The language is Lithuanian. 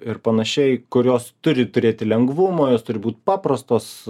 ir panašiai kurios turi turėti lengvumo jos turi būt paprastos